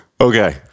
Okay